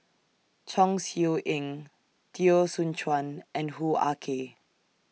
Chong Siew Ying Teo Soon Chuan and Hoo Ah Kay